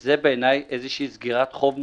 זה בעיניי מעין סגירת חוב מוסרית,